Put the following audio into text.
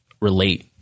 relate